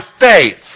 faith